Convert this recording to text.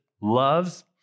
loves